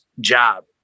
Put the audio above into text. job